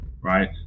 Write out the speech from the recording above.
Right